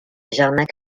jarnac